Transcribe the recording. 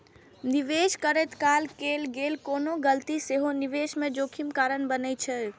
निवेश करैत काल कैल गेल कोनो गलती सेहो निवेश मे जोखिम कारण बनै छै